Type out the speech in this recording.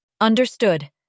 Understood